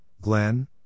Glenn